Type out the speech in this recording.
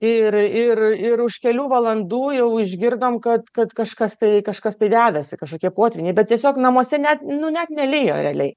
ir ir ir už kelių valandų jau išgirdom kad kad kažkas tai kažkas tai dedasi kažkokie potvyniai bet tiesiog namuose net net nelijo realiai